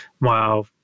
wow